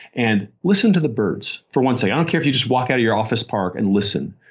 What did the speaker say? and listen to the birds for once. i don't care if you just walk out of your office park and listen.